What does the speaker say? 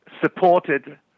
supported